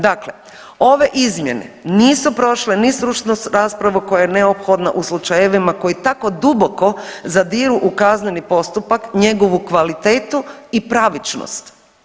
Dakle, ove izmjene nisu prošle ni stručnu raspravu koja je neophodna u slučajevima koji tako duboko zadiru u kazneni postupak, njegovu kvalitetu i pravičnost.